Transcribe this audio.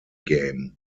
game